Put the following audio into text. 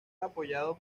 apoyado